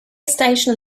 station